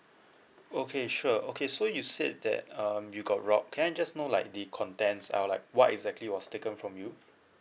okay sure okay so you said that um you got robbed can I just know like the contents are like what exactly was taken from you